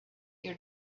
your